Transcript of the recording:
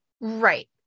right